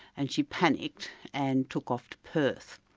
and she panicked, and took off to perth.